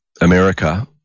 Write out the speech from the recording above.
America